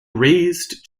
raised